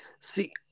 See